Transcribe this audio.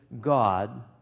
God